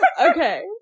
Okay